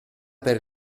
per